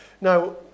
Now